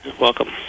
Welcome